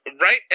right